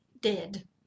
dead